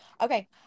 Okay